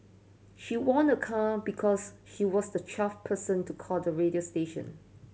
she won a car because she was the twelfth person to call the radio station